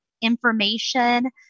information